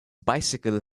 bicycle